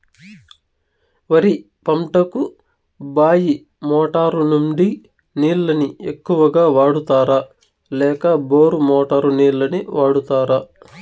వరి పంటకు బాయి మోటారు నుండి నీళ్ళని ఎక్కువగా వాడుతారా లేక బోరు మోటారు నీళ్ళని వాడుతారా?